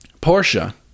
Portia